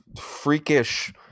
freakish